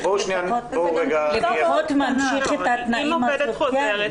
המעסיק לפחות ממשיך את התנאים הסוציאליים.